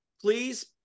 please